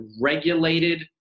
regulated